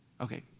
Okay